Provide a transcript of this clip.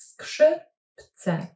Skrzypce